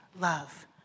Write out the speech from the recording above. love